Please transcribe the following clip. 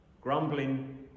grumbling